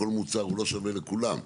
כל מוצר הוא לא שווה לכולם.